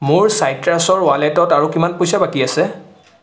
মোৰ চাইট্ৰাছৰ ৱালেটত আৰু কিমান পইচা বাকী আছে